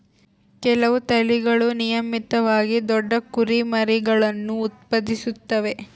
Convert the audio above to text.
ಕೆಲವು ತಳಿಗಳು ನಿಯಮಿತವಾಗಿ ದೊಡ್ಡ ಕುರಿಮರಿಗುಳ್ನ ಉತ್ಪಾದಿಸುತ್ತವೆ